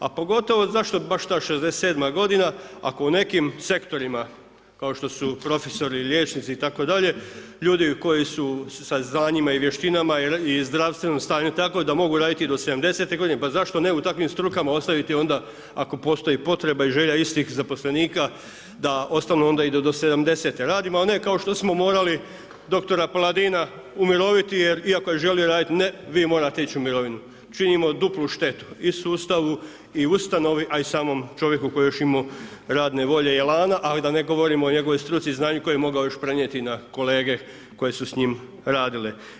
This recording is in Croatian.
A pogotovo zašto baš ta 67 godina ako u nekim sektorima kao što su profesori, liječnici itd., ljudi koji su sa znanjima i vještinama i zdravstvenom stanju tako da mogu raditi i do 70.-te godine pa zašto ne u takvim strukama ostaviti onda ako postoji potreba i želja istih zaposlenika da ostanu onda i do 70.-te, radimo ali ne kao što smo morali dr. Paladina umiroviti iako je želio raditi, ne vi morate ići u mirovinu, činimo duplu štetu i sustavu i ustanovi a i samom čovjeku koji je još imao radne volje i elana a da ne govorimo o njegovoj struci i znanju koje je mogao još prenijeti na kolege koje su s njim radile.